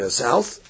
south